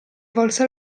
volse